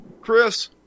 Chris